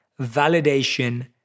validation